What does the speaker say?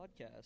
Podcast